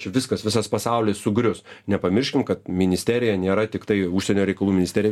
čia viskas visas pasaulis sugrius nepamirškim kad ministerija nėra tiktai užsienio reikalų ministrija